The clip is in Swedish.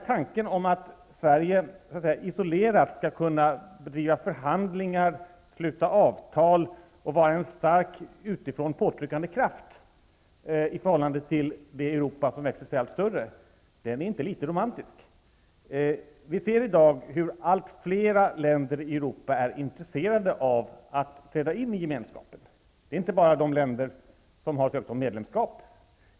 Tanken att Sverige isolerat skall kunna driva förhandlingar, sluta avtal och vara en stark utifrån påtryckande kraft i förhållande till det Europa som är mycket större är inte så litet romantisk. Vi ser i dag hur allt fler länder i Europa blir intresserade av att träda in i Gemenskapen. Det gäller inte bara de länder som har ansökt om medlemskap.